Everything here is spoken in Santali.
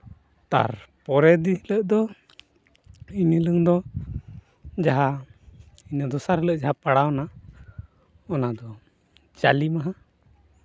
ᱛᱟᱨ ᱯᱚᱨᱮ ᱫᱤᱱ ᱦᱤᱞᱳᱜ ᱫᱚ ᱮᱱᱦᱤᱞᱳᱝ ᱫᱚ ᱡᱟᱦᱟᱸ ᱤᱱᱟᱹ ᱫᱚᱥᱟᱨ ᱦᱤᱞᱳᱜ ᱡᱟᱦᱟᱸ ᱯᱟᱲᱟᱣᱱᱟ ᱚᱱᱟ ᱫᱚ ᱡᱟᱞᱮ ᱢᱟᱦᱟ